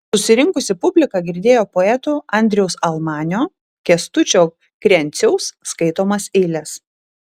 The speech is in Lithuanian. susirinkusi publika girdėjo poetų andriaus almanio kęstučio krenciaus skaitomas eiles